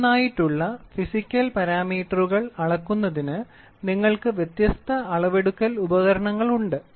ഓരോന്നായിട്ടുള്ള physical പാരാമീറ്ററുകൾ അളക്കുന്നതിന് നിങ്ങൾക്ക് വ്യത്യസ്ത അളവെടുക്കൽ ഉപകരണങ്ങളുണ്ട്